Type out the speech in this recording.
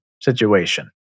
situation